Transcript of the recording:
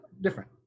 different